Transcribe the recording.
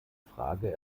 frage